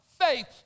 faith